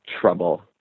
trouble